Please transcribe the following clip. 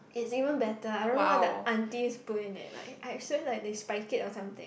it's even better I don't know what the aunties put in leh like I sure like they spike it or something